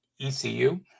ECU